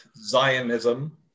Zionism